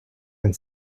and